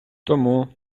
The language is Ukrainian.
тому